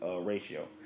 ratio